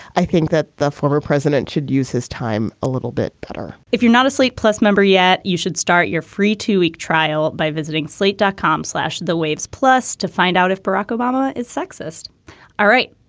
i think that the former president should use his time a little bit better if you're not a slate plus member yet, you should start your free two week trial by visiting slate dot com, slash the waves plus to find out if barack obama is sexist all right.